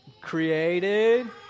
Created